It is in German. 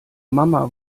mama